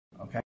okay